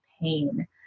pain